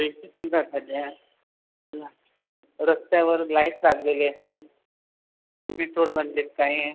basic सुविधा झाल्या रस्त्यावर लाईटस लागलेले आहेत बीट रोड बनले आहेत काही